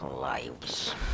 lives